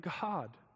God